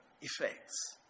effects